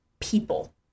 people